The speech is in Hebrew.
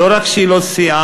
לא רק שהיא לא סייעה,